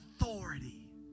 authority